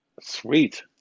Sweet